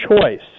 choice